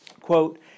Quote